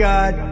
God